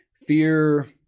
fear